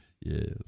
yes